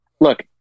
look